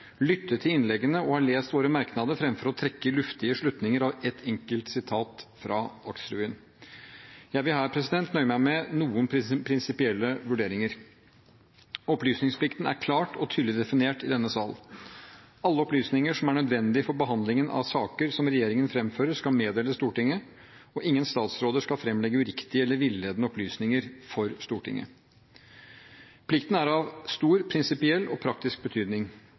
til innleggene og har lest våre merknader fremfor å trekke luftige slutninger av et enkelt sitat fra Dagsrevyen. Jeg vil her nøye meg med noen prinsipielle vurderinger. Opplysningsplikten er klart og tydelig definert i denne salen. Alle opplysninger som er nødvendig for behandlingen av saker som regjeringen fremfører, skal meddeles Stortinget, og ingen statsråder skal fremlegge uriktige eller villedende opplysninger for Stortinget. Plikten er av stor prinsipiell og praktisk betydning